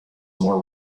more